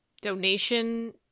donation